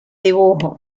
dibujo